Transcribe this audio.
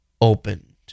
opened